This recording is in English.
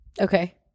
Okay